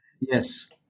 Yes